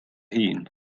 hun